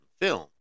film